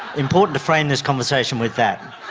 important to frame this conversation with that.